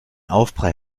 aufprall